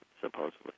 supposedly